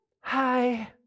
Hi